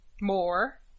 more